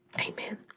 Amen